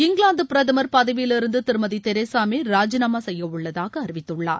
இங்கிலாந்து பிரதமர் பதவியிலிருந்த் திருமதி தெரசா மே ராஜினாமா செய்யவுள்ளதாக அறிவித்துள்ளார்